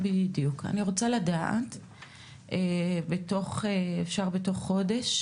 אני רוצה לקבל בתוך חודש